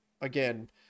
again